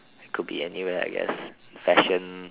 could be anywhere I guess fashion